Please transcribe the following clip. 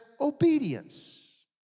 obedience